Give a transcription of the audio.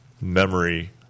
memory